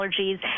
allergies